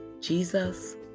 Jesus